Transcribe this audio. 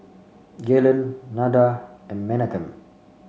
Gaylen Nada and Menachem